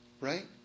Right